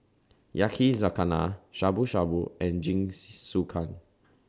Yakizakana Shabu Shabu and Jingisukan